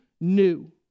new